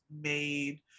made